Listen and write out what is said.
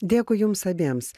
dėkui jums abiems